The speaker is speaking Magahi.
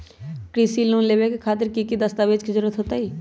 कृषि लोन लेबे खातिर की की दस्तावेज के जरूरत होतई?